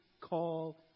call